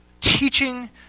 teaching